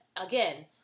Again